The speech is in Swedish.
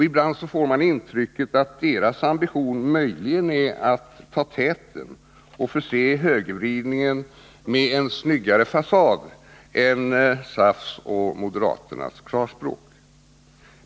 Ibland får man intrycket att deras ambition möjligen är att ta täten och förse högervridningen med en snyggare fasad än SAF:s och moderaternas klarspråk.